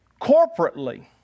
corporately